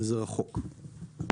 וזה רחוק.